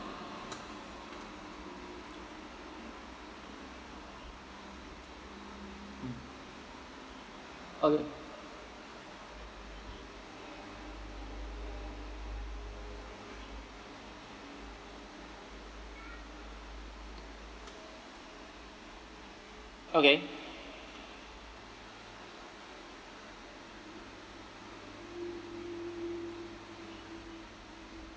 okay okay